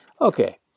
okay